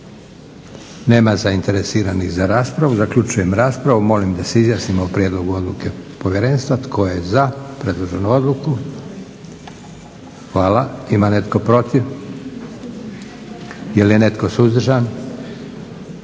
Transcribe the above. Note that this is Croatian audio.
Nema zainteresiranih za raspravu. Zaključujem raspravu. Molim da se izjasnimo o prijedlogu odluke povjerenstva. Tko je za predloženu odluku? Hvala. Ima netko protiv? Je li je netko suzdržan?